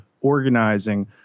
organizing